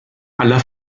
aller